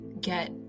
Get